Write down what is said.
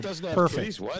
perfect